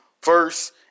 first